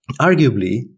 Arguably